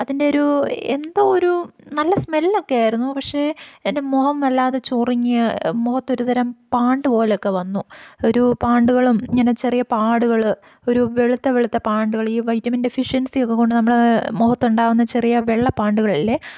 അതിൻ്റെ ഒരു എന്തോ ഒരു നല്ല സ്മെല്ലൊക്കെ ആയിരുന്നു പക്ഷെ എൻ്റെ മുഖം വല്ലാതെ ചൊറിഞ്ഞ് മുഖത്തൊരു തരം പാണ്ട് പോലെയൊക്കെ വന്നു ഒരു പാണ്ടുകളും ഇങ്ങനെ ചെറിയ പാടുകൾ ഒരു വെളുത്ത വെളുത്ത പാണ്ടുകൾ ഈ വൈറ്റമിൻ ഡെഫിഷ്യൻസി ഒക്കെ കൊണ്ട് നമ്മുടെ മുഖത്തുണ്ടാകുന്ന ചെറിയ വെള്ള പാണ്ടുകളില്ലെ